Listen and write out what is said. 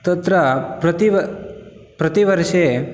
तत्र प्रतिव प्रतिवर्षे